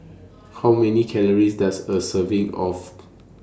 How Many Calories Does A Serving of